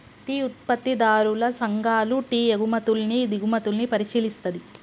tea ఉత్పత్తిదారుల సంఘాలు టీ ఎగుమతుల్ని దిగుమతుల్ని పరిశీలిస్తది